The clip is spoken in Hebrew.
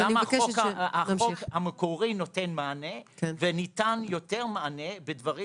גם החוק המקורי נותן מענה וניתן יותר מענה בדברים